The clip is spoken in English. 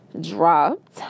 dropped